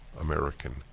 American